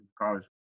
college